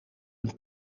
een